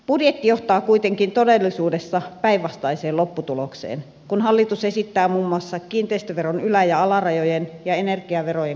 budjetti johtaa kuitenkin todellisuudessa päinvastaiseen lopputulokseen kun hallitus esittää muun muassa kiinteistöveron ylä ja alarajojen ja energiaverojen korottamista